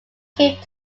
cape